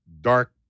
dark